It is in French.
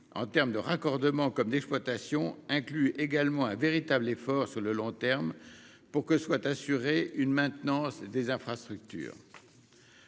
en termes de raccordement ou d'exploitation, appelle un véritable effort de long terme pour que soit assurée une maintenance des infrastructures.